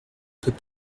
peut